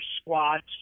squats